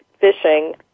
fishing